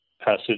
passage